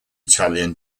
italian